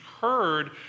heard